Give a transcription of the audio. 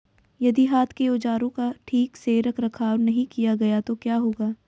यदि हाथ के औजारों का ठीक से रखरखाव नहीं किया गया तो क्या होगा?